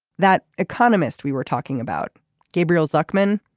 that economist we were talking about gabriel zuckerman.